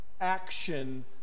action